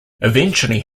eventually